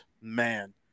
man